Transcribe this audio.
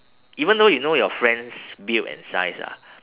even though you know your friend's build and size ah